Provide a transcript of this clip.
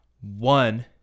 One